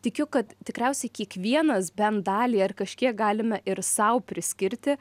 tikiu kad tikriausiai kiekvienas bent dalį ar kažkiek galime ir sau priskirti